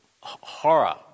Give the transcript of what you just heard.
horror